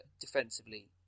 defensively